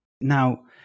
Now